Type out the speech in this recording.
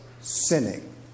sinning